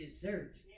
desserts